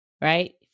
Right